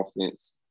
offense